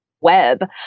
web